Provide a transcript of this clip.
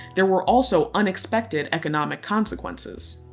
there were also unexpected economic consequences.